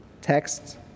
texts